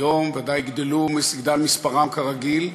היום ודאי יגדל מספרם, כרגיל,